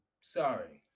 sorry